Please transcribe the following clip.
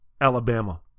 Alabama